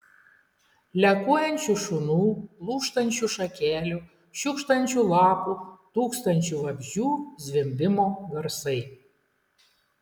lekuojančių šunų lūžtančių šakelių šiugždančių lapų tūkstančių vabzdžių zvimbimo garsai